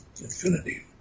infinity